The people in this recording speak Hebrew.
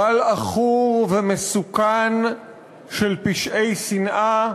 גל עכור ומסוכן של פשעי שנאה.